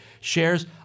shares